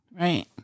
Right